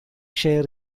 share